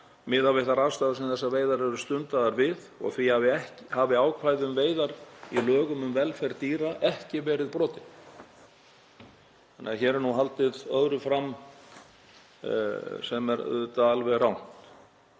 miðað við þær aðstæður sem þessar veiðar eru stundaðar við og því hafi ákvæði um veiðar í lögum um velferð dýra ekki verið brotin.“ Hér er því haldið öðru fram sem er auðvitað alveg rangt.